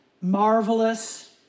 marvelous